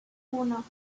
uno